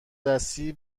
دستی